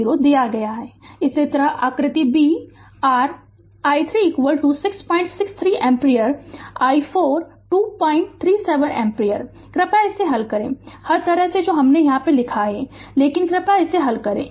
Refer Slide Time 2701 इसी तरह आकृति b r i3 663 ampere i4 237 ampere है कृपया इसे हल करें हर तरह से जो हमने यहां लिखा है लेकिन कृपया इसे हल करें